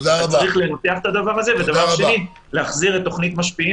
צריך לנתח את הדבר הזה, ולהחזיר את תוכנית משפיעים